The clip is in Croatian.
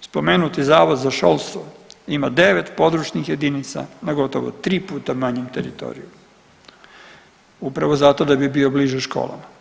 spomenuti Zavod za školstvo ima 9 područnih jedinica na gotovo 3 puta manjem teritoriju upravo zato da bi bio bliže školama.